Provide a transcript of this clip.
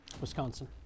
Wisconsin